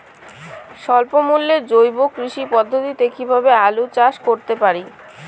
স্বল্প মূল্যে জৈব কৃষি পদ্ধতিতে কীভাবে আলুর চাষ করতে পারি?